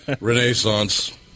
Renaissance